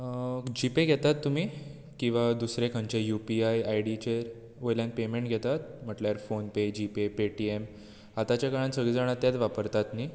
GPay घेतात तुमी किंवा दुसरे खंयच्याय युपीआय आयडीचेर वयल्यना पेमेंट घेतात म्हटल्यार फोनपे जीपे पेटिएम आतांच्या काळांत सगळी जाणा तेंच वापरतात न्ही